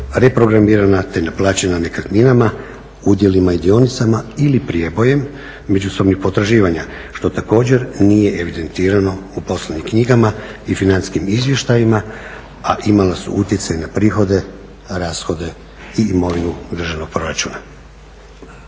reprogramirane te naplaćena nekretninama, udjelima i dionicama ili prijebojem međusobnih potraživanja što također nije evidentirano u poslovnim knjigama i financijskim izvještajima, a imala su utjecaj na prihode, rashode i imovinu državnog proračuna.